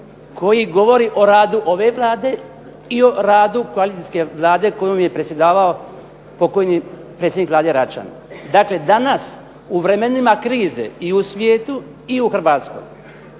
koji govori o radu ove Vlade, i o radu koalicijske Vlade kojom je predsjedavao pokojni predsjednik Vlade Račan. Dakle danas u vremenima krize i u svijetu i u Hrvatskoj,